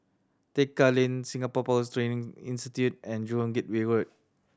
Tekka Lane Singapore Powers Training Institute and Jurong Gateway Road